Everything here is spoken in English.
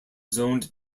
zoned